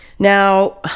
Now